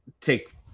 take